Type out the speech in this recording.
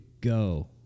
go